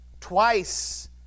Twice